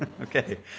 Okay